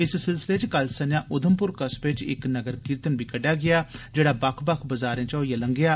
इस सिलसिले च कल संझां उधमपुर कस्बे च इक नगर कीर्तन बी कड्डेआ गेआ जेहड़ा बक्ख बक्ख बजारें चा होइयै लंग्घेआ